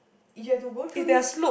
you have to go through this